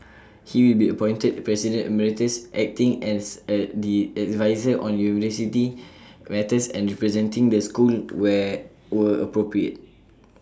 he will be appointed president Emeritus acting as A D adviser on university matters and representing the school where were appropriate